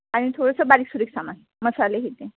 आणि थोडंसं बारीकसुरीक सामान मसाले हे ते